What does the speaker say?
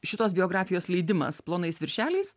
šitos biografijos leidimas plonais viršeliais